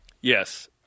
Yes